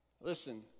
Listen